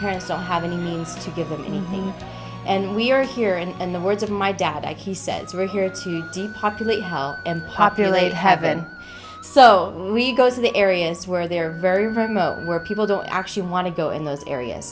parents don't have any means to give them anything and we are here and in the words of my dad he says we're here to depopulate and populate heaven so we go to the areas where they're very remote where people don't actually want to go in those areas